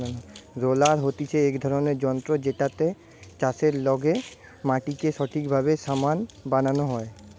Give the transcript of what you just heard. roller হতিছে এক রকমের যন্ত্র জেটাতে চাষের লেগে মাটিকে ঠিকভাবে সমান বানানো হয়